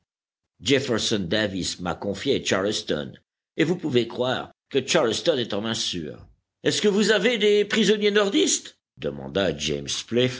jefferson davis m'a confié charleston et vous pouvez croire que charleston est en mains sûres est-ce que vous avez des prisonniers nordistes demanda james